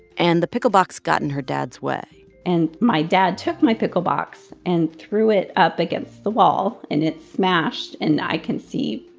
and the pickle box got in her dad's way and my dad took my pickle box and threw it up against the wall, and it smashed. and i can see,